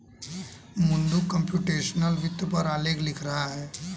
Mukund computational वित्त पर आलेख लिख रहा है